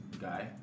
guy